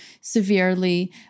severely